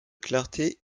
clarté